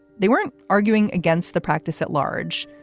they weren't arguing against the practice at large.